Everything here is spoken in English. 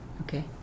Okay